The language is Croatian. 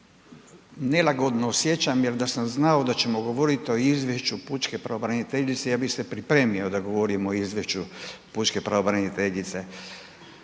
nelagodno osjećam jer da sam znao da ćemo govoriti o izvješću pučke pravobraniteljice, ja bih se pripremio da govorim o izvješću pučke pravobraniteljice.